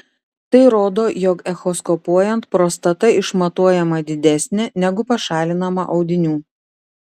tai rodo jog echoskopuojant prostata išmatuojama didesnė negu pašalinama audinių